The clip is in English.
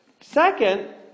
Second